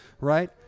right